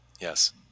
Yes